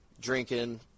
drinking